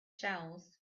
shells